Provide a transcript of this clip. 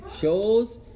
shows